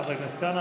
חבר הכנסת כהנא,